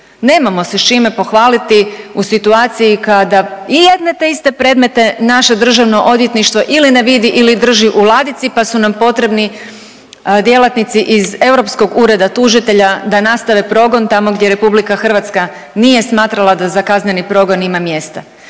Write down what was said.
Nemamo se s čime pohvaliti u situaciji kada i jedne te iste predmete naše Državno odvjetništvo ili ne vidi ili drži u ladici pa su nam potrebni djelatnici iz Europskog ureda tužitelja da nastave progon tamo gdje Republika Hrvatska nije smatrala da za kazneni progon ima mjesta.